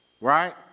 right